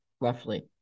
roughly